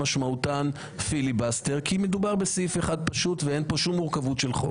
שמשמעותן פיליבסטר כי מדובר בסעיף אחד פשוט ואין בו שום מורכבות של חוק.